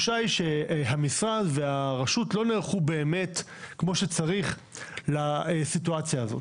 התחושה היא שהמשרד והרשות לא נערכו באמת וכמו שצריך לסיטואציה הזאת,